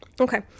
Okay